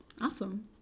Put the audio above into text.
awesome